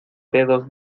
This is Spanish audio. dedos